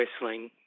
whistling